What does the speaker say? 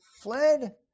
fled